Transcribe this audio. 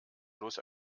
bloß